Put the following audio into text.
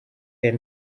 their